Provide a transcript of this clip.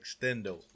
extendo